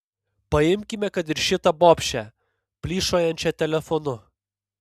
paimkime kad ir šitą bobšę plyšojančią telefonu